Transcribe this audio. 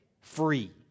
Free